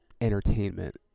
entertainment